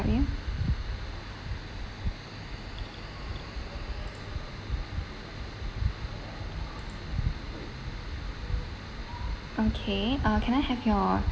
you okay uh can I have your